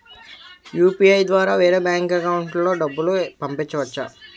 UPI ద్వారా వేరే bank account లోకి డబ్బులు పంపించవచ్చా?